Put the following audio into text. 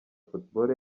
football